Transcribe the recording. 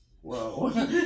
Whoa